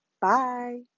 Bye